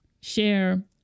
share